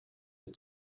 with